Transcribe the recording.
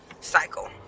cycle